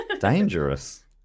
Dangerous